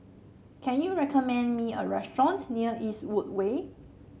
can you recommend me a restaurant near Eastwood Way